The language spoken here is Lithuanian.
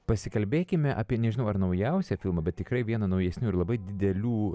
pasikalbėkime apie nežinau ar naujausią filmą bet tikrai vieną naujesnių ir labai didelių